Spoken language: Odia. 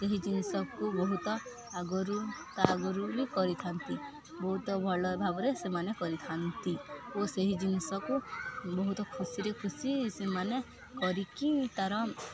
ସେହି ଜିନିଷକୁ ବହୁତ ଆଗରୁ ତା ଆଗରୁ ବି କରିଥାନ୍ତି ବହୁତ ଭଲ ଭାବରେ ସେମାନେ କରିଥାନ୍ତି ଓ ସେହି ଜିନିଷକୁ ବହୁତ ଖୁସିରେ ଖୁସିରେ ସେମାନେ କରିକି ତାର